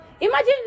imagine